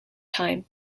time